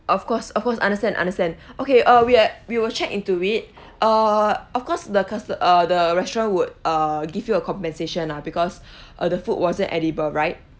of course of course understand understand okay uh we'll we will check into it uh of course the custo~ uh the restaurant would uh give you a compensation lah because uh the food wasn't edible right